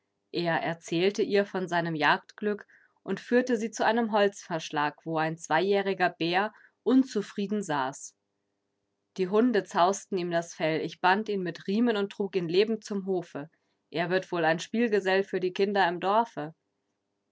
er erzählte ihr von seinem jagdglück und führte sie zu einem holzverschlag wo ein zweijähriger bär unzufrieden saß die hunde zausten ihm das fell ich band ihn mit riemen und trug ihn lebend zum hofe er wird wohl ein spielgesell für die kinder im dorfe